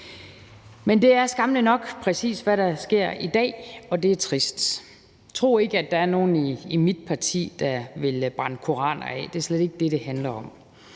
Men det er skammeligt nok præcis det, der sker i dag, og det er trist. Tro ikke, at der er nogen i mit parti, der ville brænde koraner af. Det er slet ikke det, det handler om.